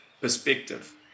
perspective